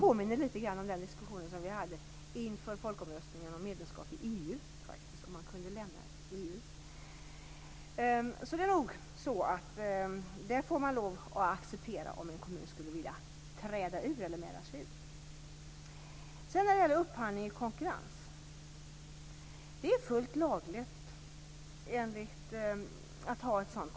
Någonstans i allt detta, i behovet av att konkurrensutsätta verksamhet för att se till att skattebetalarna inte skall belastas på ett ovidkommande sätt, måste man väl också överväga behovet av ett tillfredsställande kollektivtrafiknät och se på hur man kan uppnå det på bästa sätt.